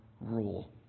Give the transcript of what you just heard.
rule